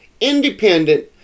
independent